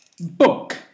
book